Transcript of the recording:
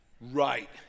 Right